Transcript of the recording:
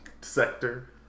sector